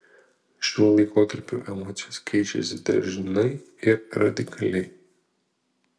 šiuo laikotarpiu emocijos keičiasi dažnai ir radikaliai